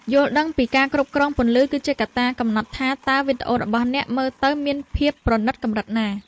យល់ដឹងពីការគ្រប់គ្រងពន្លឺគឺជាកត្តាកំណត់ថាតើវីដេអូរបស់អ្នកមើលទៅមានភាពប្រណីតកម្រិតណា។